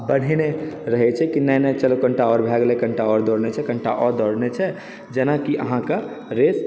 बढेने रहै छै कि नहि नहि चलू कन्टा आओर भए गेलै कन्टा आओर दौड़नाइ छै कन्टा आओर दौड़नाइ छै जेना कि आहाँके रेस